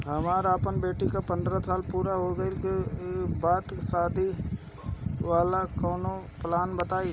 हमरा अपना बेटी के पंद्रह साल बाद शादी करे के बा त शादी वाला कऊनो प्लान बताई?